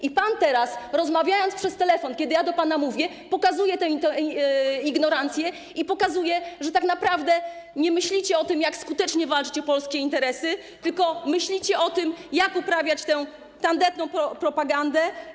I pan teraz, rozmawiając przez telefon, kiedy ja do pana mówię, pokazuję tę ignorancję i pokazuje to, że tak naprawdę nie myślicie o tym, jak skutecznie walczyć o polskie interesy, tylko myślicie o tym, jak uprawiać tę tandetną propagandę.